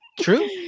True